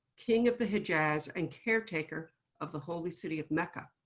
king of the hejaz, and caretaker of the holy city of mecca.